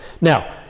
Now